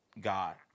God